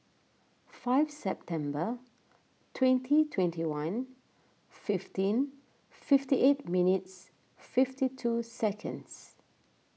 five September twenty twenty one fifteen fifty eight minutes fifty two seconds